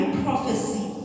prophecy